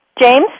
James